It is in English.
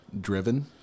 Driven